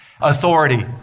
authority